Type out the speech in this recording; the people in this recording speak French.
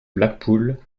blackpool